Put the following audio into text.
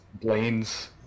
Blaine's